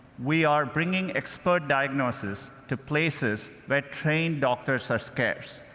we are bringing expert diagnosis to places where trained doctors are scarce.